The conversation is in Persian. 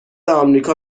آمریکا